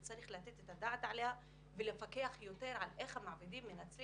וצריך לתת את הדעת עליה ולפקח יותר על איך המעבידים מנצלים